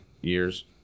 years